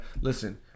Listen